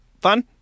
fun